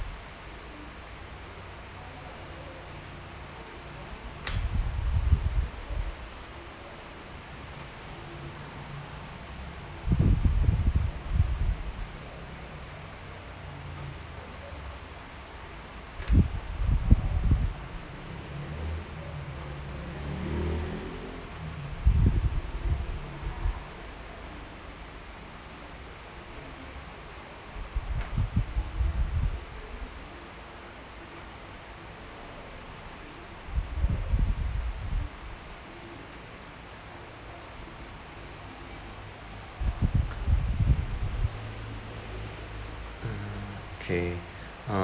okay uh